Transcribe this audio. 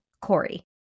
Corey